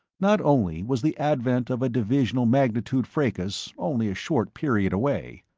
not only was the advent of a divisional magnitude fracas only a short period away,